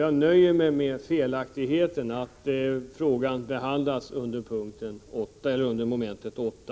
Jag nöjer mig med att motionen tas upp under mom. 8.